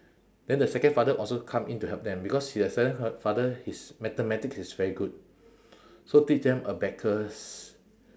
then the second father also come in to help them because the second fa~ father his mathematics is very good so teach them abacus